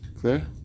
clear